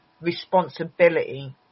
responsibility